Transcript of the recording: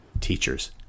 teachers